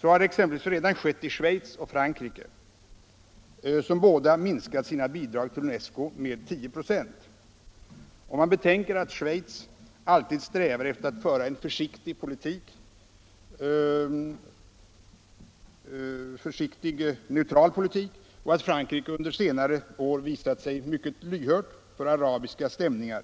Så har exempelvis redan skett i Schweiz och Frankrike, som båda minskat sina bidrag till UNESCO med 10 8. Om man betänker att Schweiz alltid strävar efter att föra en försiktig neutral politik och att Frankrike under senare år visat sig mycket lyhört för arabiska stämningar,